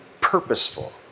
purposeful